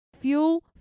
fuel